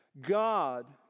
God